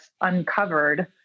uncovered